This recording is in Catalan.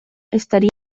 estaria